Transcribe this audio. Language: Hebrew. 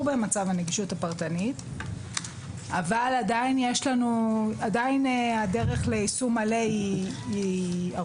במצב הנגישות הפרטנית אבל עדיין הדרך ליישום מלא ארוכה.